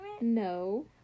No